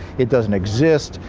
it doesn't exist!